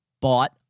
bought